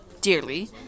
dearly